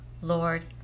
Lord